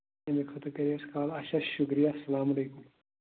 تَمے خٲطرٕ کَرے اَسہِ کال اچھا شُکرِیہ سَلام علیکُم